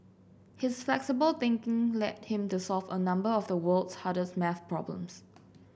his flexible thinking led him to solve a number of the world's hardest maths problems